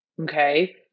Okay